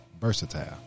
versatile